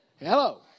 Hello